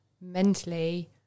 mentally